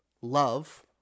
Love